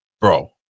bro